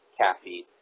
caffeine